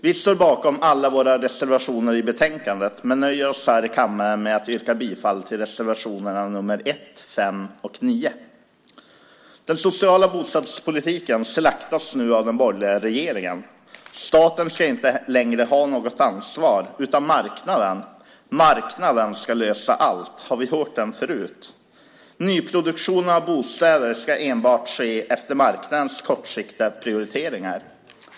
Vi står bakom alla våra reservationer i betänkandet, men jag nöjer mig här i kammaren med att yrka bifall till reservationerna nr 1, 8 och 12. Den sociala bostadspolitiken slaktas nu av den borgerliga regeringen. Staten ska inte längre ha något ansvar, utan marknaden ska lösa allt. Har vi hört det förut? Nyproduktionen av bostäder ska enbart ske efter marknadens kortsiktiga prioriteringar.